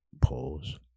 Pause